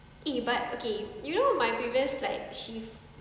eh but okay you know my previous like shift